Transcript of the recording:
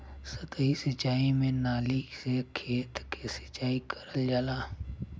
सतही सिंचाई में नाली से खेत के सिंचाई कइल जाला